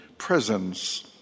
Presence